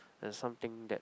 there's some thing that